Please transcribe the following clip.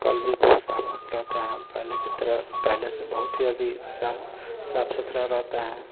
कल भी बहुत साफ ओफ रहते हैं पहले की तरह पहले से बहुत ही अभी साफ साफ सुथरा रहते हैं